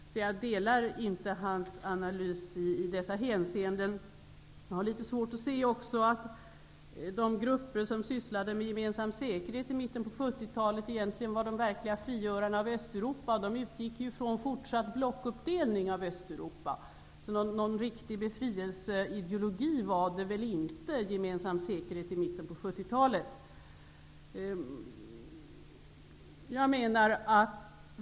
Därför delar jag inte Pierre Schoris analys i detta hänseende. Jag har litet svårt att se att de grupper som sysslade med gemensam säkerhet i mitten av 1970-talet egentligen var de verkliga frigörarna av Östeuropa. De utgick ju från fortsatt blockuppdelning av Östeuropa. Någon riktig befrielseideologi var det väl inte fråga om.